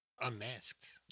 unmasked